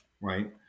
Right